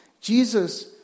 Jesus